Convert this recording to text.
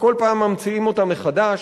שכל פעם ממציאים אותם מחדש.